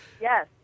Yes